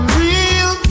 real